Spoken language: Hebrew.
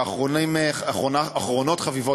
ואחרונות חביבות,